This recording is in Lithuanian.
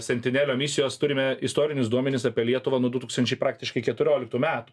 sentinelio misijos turime istorinius duomenis apie lietuvą nuo du tūkstančiai praktiškai keturioliktų metų